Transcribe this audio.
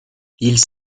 ils